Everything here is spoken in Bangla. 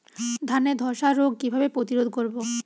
ধানে ধ্বসা রোগ কিভাবে প্রতিরোধ করব?